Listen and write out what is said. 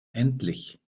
endlich